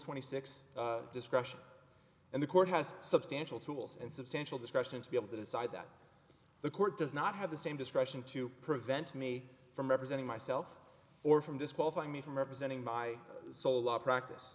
twenty six discussion and the court has substantial tools and substantial discretion to be able to decide that the court does not have the same discretion to prevent me from representing myself or from disqualify me from representing my solo practice